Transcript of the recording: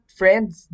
friends